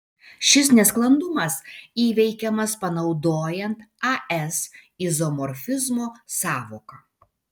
šis nesklandumas įveikiamas panaudojant as izomorfizmo sąvoką